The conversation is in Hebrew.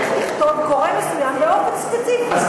למה צריך לכתוב גורם מסוים באופן ספציפי?